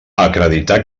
acreditar